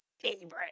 favorite